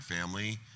family